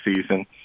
season